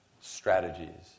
strategies